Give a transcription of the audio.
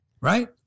right